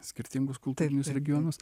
skirtingus kultūrinius regionus